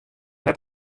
net